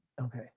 Okay